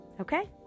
Okay